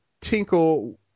Tinkle